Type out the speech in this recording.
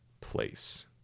place